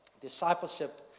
Discipleship